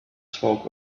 smoke